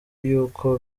y’uko